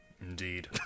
Indeed